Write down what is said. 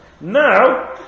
Now